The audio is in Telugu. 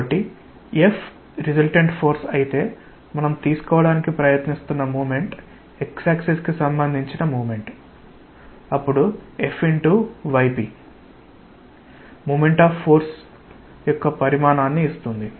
కాబట్టి F రిసల్టెంట్ ఫోర్స్ అయితే మనం తీసుకోవడానికి ప్రయత్నిస్తున్న మోమెంట్ x యాక్సిస్ కి సంబంధించిన మోమెంట్ అప్పుడు Fyp మోమెంట్ ఆఫ్ ఫోర్స్ యొక్క పరిమాణాన్ని ఇస్తుంది